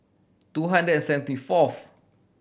two hundred and seventy fourth